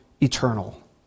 eternal